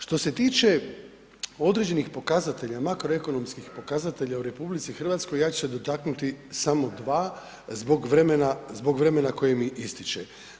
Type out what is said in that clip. Što se tiče određenih pokazatelja makroekonomskih pokazatelja u RH ja ću se dotaknuti samo dva zbog vremena koje mi ističe.